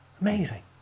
Amazing